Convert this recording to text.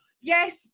Yes